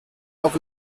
auf